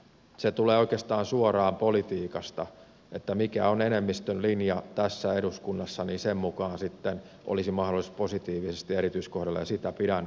se tulee oikeastaan suoraan politiikasta että mikä on enemmistön linja tässä eduskunnassa niin sen mukaan sitten olisi mahdollisuus positiivisesti erityiskohdella ja sitä pidän huonona